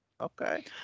Okay